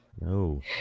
No